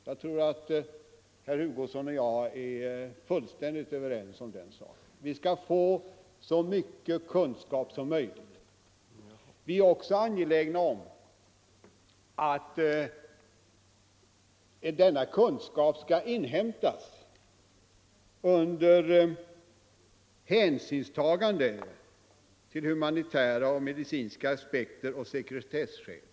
Jag tror — trafikolyckor att herr Hugosson och jag är fullständigt överens om den saken. Vi är också angelägna om att denna kunskap skall inhämtas under hänsynstagande till humanitära och medicinska förhållanden och sekretesskäl.